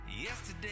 Yesterday